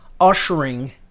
ushering